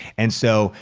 and so,